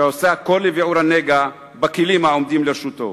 שעושה הכול לביעור הנגע בכלים העומדים לרשותו.